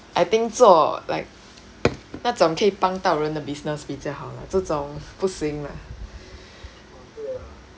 I think 做 like 那种可以帮到人的 business 比较好 lah 这种不行 lah